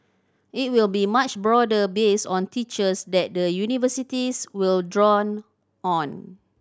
it will be much broader based on teachers that the universities will draw on